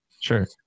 Sure